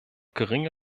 geringe